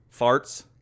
Farts